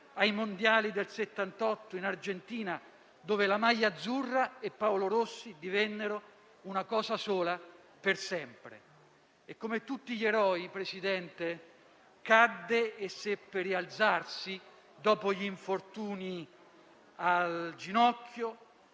ai Mondiali del 1978 in Argentina, dove la maglia azzurra e Paolo Rossi divennero una cosa sola per sempre. Come tutti gli eroi, signor Presidente, cadde e seppe rialzarsi dopo gli infortuni al ginocchio,